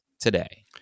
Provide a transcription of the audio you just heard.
today